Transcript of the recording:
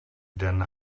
den